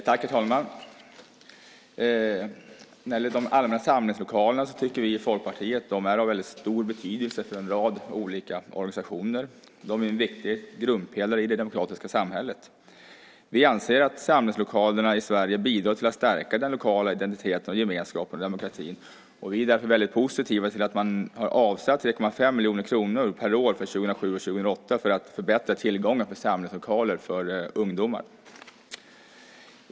Herr talman! När det gäller de allmänna samlingslokalerna tycker vi i Folkpartiet att de är av väldigt stor betydelse för en rad olika organisationer. De är en viktig grundpelare i det demokratiska samhället. Vi anser att samlingslokalerna i Sverige bidrar till att stärka den lokala identiteten och gemenskapen och demokratin. Vi är därför väldigt positiva till att man har avsatt 3,5 miljoner kronor per år för 2007 och 2008 för att förbättra tillgången till samlingslokaler för ungdomar.